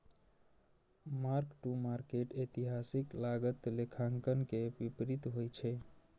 mark to market एतिहासिक लागत लेखांकन के विपरीत होइ छै